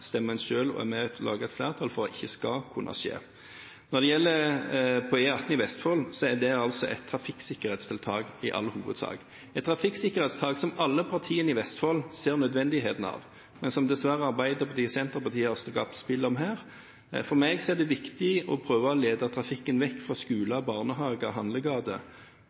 skal kunne skje. Når det gjelder E18 i Vestfold, er det et trafikksikkerhetstiltak i all hovedsak, et trafikksikkerhetstiltak som alle partiene i Vestfold ser nødvendigheten av, men som dessverre Arbeiderpartiet og Senterpartiet har skapt spill om her. For meg er det viktig å prøve å lede trafikken vekk fra skoler, barnehager